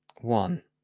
one